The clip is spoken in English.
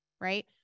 right